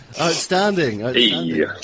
Outstanding